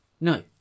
No